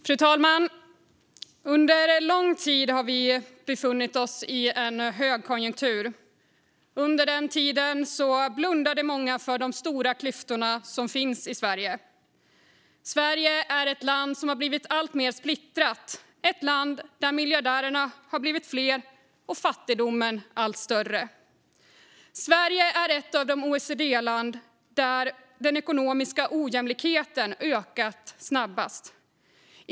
Fru talman! Under en lång tid har vi befunnit oss i en högkonjunktur. Under den tiden blundade många för de stora klyftor som finns i Sverige. Sverige är ett land som blivit alltmer splittrat, ett land där miljardärerna har blivit fler och fattigdomen allt större. Sverige är ett av de OECD-länder där den ekonomiska ojämlikheten har ökat snabbast.